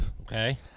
Okay